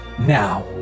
now